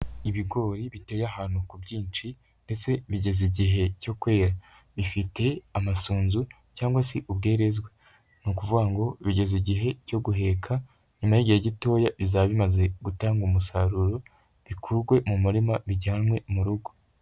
Ibigori biteye ahantu ku bwshi ndetse bigeze igihe cyo kwera bifite amasunzu cyangwa se ubwerezwe ni ukuvuga ngo bigeze igihe cyo guheka nyuma y'igihe gitoya bizaba bimaze gutanga umusaruro bikurwe mu murima bijyanwe mu rugo.